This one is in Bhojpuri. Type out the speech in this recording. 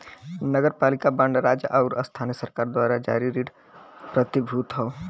नगरपालिका बांड राज्य आउर स्थानीय सरकार द्वारा जारी ऋण प्रतिभूति हौ